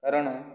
କାରଣ